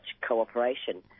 cooperation